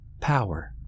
Power